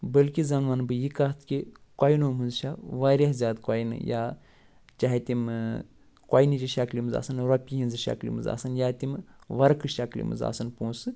بٔلکہِ زن وَنہٕ بہٕ یہِ کَتھ کہِ کۄینو منٛز چھےٚ وارِیاہ زیادٕ کۄینہٕ یا چاہے تِمہٕ کۄینِچہِ شکلہِ منٛز آسن رۄپیہِ ہِنٛزِ شکلہِ منٛز آسن یا تِمہٕ ورقہٕ شکلہِ منٛز آسن پونٛسہٕ